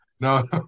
No